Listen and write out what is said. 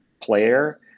player